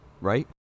right